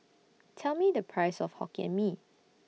Tell Me The Price of Hokkien Mee